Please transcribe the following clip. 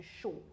short